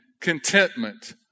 contentment